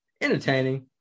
entertaining